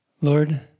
Lord